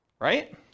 right